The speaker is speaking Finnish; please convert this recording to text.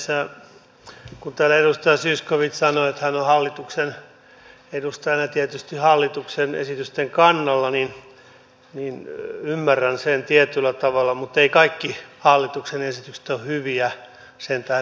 kun täällä edustaja zyskowicz sanoi että hän on hallituksen edustajana tietysti hallituksen esitysten kannalla niin ymmärrän sen tietyllä tavalla mutta eivät kaikki hallituksen esitykset ole hyviä sen tähden että ne ovat hallituksen esityksiä